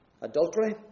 Adultery